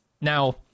Now